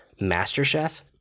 MasterChef